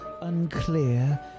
unclear